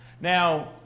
Now